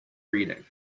reading